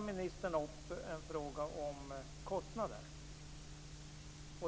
Ministern tog upp frågan om kostnader.